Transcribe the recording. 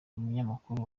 abanyamakuru